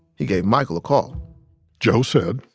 he gave michael a call joe said,